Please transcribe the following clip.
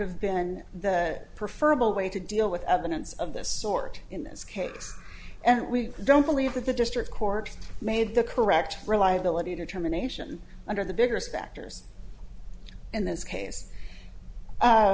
have been the prefer the way to deal with evidence of this sort in this case and we don't believe that the district court made the correct reliability determination under the bigger specters in this case